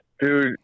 dude